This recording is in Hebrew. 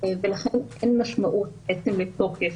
ולכן אין משמעות בעצם לתוקף,